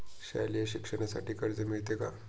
शालेय शिक्षणासाठी कर्ज मिळते का?